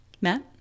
Matt